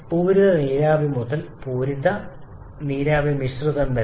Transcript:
പൂരിത നീരാവി മുതൽ പൂരിത ദ്രാവക നീരാവി മിശ്രിതം വരെ